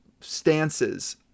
stances